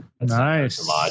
Nice